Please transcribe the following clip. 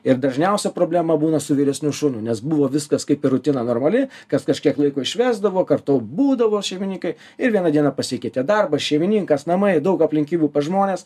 ir dažniausia problema būna su vyresniu šuniu nes buvo viskas kaip ir rutina normali kas kažkiek laiko išvesdavo kartu būdavo šeimininkai ir vieną dieną pasikeitė darbas šeimininkas namai daug aplinkybių pas žmones